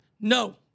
No